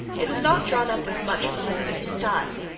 it was not drawn up with much felicity of style.